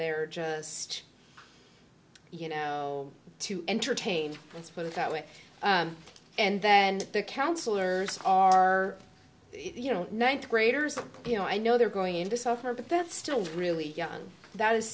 they're just you know to entertain let's put it that way and then the counselors are you know ninth graders you know i know they're going to suffer but that's still really young that is